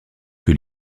que